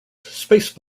space